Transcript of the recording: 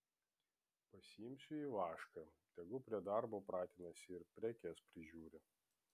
pasiimsiu ivašką tegu prie darbo pratinasi ir prekes prižiūri